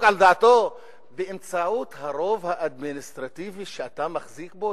על דעתו באמצעות הרוב האדמיניסטרטיבי שאתה מחזיק בו,